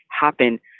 happen